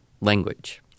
language